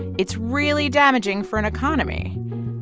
it's really damaging for an economy.